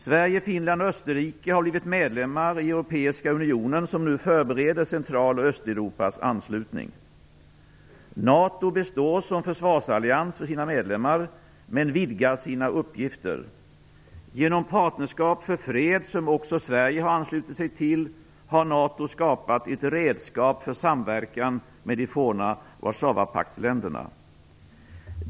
Sverige, Finland och Österrike har blivit medlemmar i Europeiska unionen, som nu förbereder Central och NATO består som försvarsallians för sina medlemmar, men vidgar sina uppgifter. Genom Partnerskap för fred, som också Sverige har anslutit sig till, har NATO skapat ett redskap för samverkan med de forna Warszawapaktsländerna.